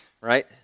right